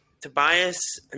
Tobias